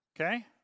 Okay